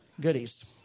Goodies